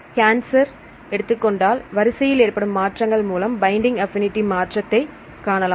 cancer எடுத்துக்கொண்டால் வரிசையில் ஏற்படும் மாற்றங்கள் மூலம் பைண்டிங் ஆப்பினிடி மாற்றத்தை காணலாம்